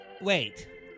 Wait